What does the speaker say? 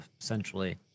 essentially